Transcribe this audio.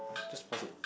just pause it